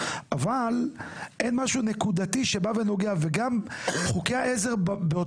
אבל אין משהו נקודתי לעניין הזה.